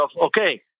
okay